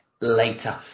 later